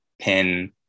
pin